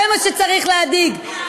זה מה שצריך להדאיג,